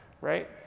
right